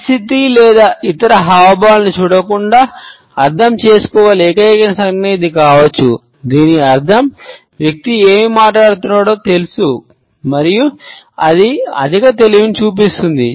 పరిస్థితి లేదా ఇతర హావభావాలను చూడకుండా అర్థం చేసుకోగల ఏకైక సంజ్ఞ ఇది కావచ్చు దీని అర్థం వ్యక్తి ఏమి మాట్లాడుతున్నాడో తెలుసు మరియు అది అధిక తెలివిని చూపిస్తుంది